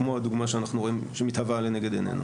כמו הדוגמה שאנחנו רואים שמתהווה לנגד עינינו,